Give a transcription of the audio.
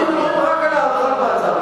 אנחנו מדברים רק על הארכת מעצר.